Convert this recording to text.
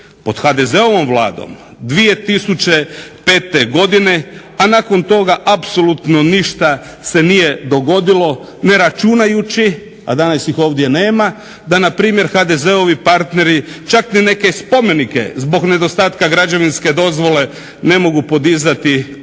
pod HDZ-ovom vladom 2005. godine, a nakon toga apsolutno ništa se nije dogodilo ne računajući, a danas ih ovdje nema, da npr. HDZ-ovi partner čak ni neke spomenike zbog nedostatka građevinske dozvole ne mogu podizati u nekim